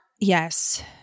Yes